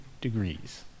degrees